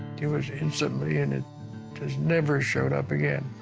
it was instantly and it has never shown up again.